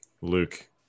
Luke